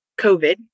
COVID